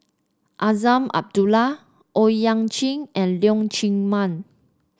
Azman Abdullah Owyang Chi and Leong Chee Mun